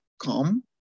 come